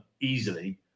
easily